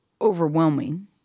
overwhelming